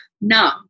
No